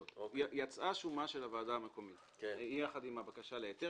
יצאה שומה של הוועדה המקומית יחד עם הבקשה להיתר.